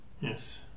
Yes